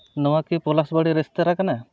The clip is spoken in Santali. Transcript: ᱱᱚᱣᱟᱠᱤ ᱯᱚᱞᱟᱥᱵᱟᱲᱤ ᱨᱮᱥᱛᱳᱨᱟ ᱠᱟᱱᱟ